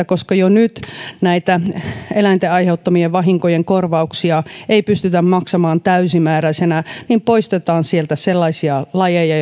koska kuitenkaan eläinten aiheuttamien vahinkojen korvauksia ei pystytä enää maksamaan täysimääräisenä on järkevää että poistetaan sieltä sellaisia lajeja